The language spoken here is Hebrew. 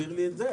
תסביר לי את זה,